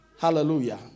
Hallelujah